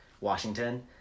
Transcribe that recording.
Washington